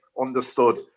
understood